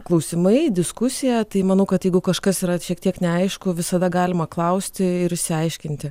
klausimai diskusija tai manau kad jeigu kažkas yra šiek tiek neaišku visada galima klausti ir išsiaiškinti